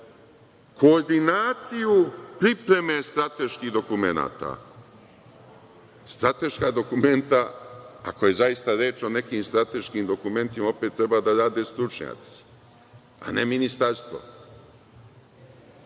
koordinaciju pripreme strateških dokumenata. Strateška dokumenta, ako je zaista reč o nekim strateškim dokumentima, opet treba da rade stručnjaci, a ne ministarstvo.